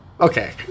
Okay